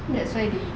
that's why they